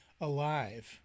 alive